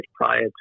prior